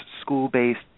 school-based